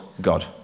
God